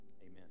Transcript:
Amen